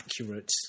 accurate